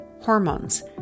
hormones